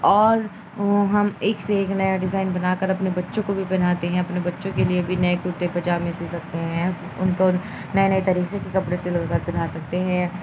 اور ہم ایک سے ایک نیا ڈیزائن بنا کر اپنے بچوں کو بھی بناتے ہیں اپنے بچوں کے لیے بھی نئے کرتے پجامے سی سکتے ہیں ان کو نئے نئے طریقے کے کپڑے سے لات بھا سکتے ہیں